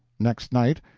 next night.